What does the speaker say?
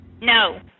No